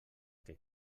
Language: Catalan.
que